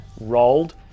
rolled